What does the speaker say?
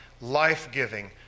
life-giving